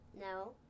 No